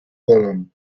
bolą